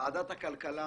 ועדת הכלכלה